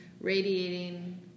radiating